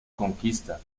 conquista